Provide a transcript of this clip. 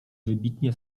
wybitnie